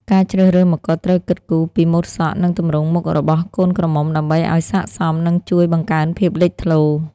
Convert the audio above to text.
ការជ្រើសរើសមកុដត្រូវគិតគូរពីម៉ូតសក់ និងទម្រង់មុខរបស់កូនក្រមុំ ដើម្បីឲ្យស័ក្តិសម និងជួយបង្កើនភាពលេចធ្លោ។